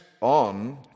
on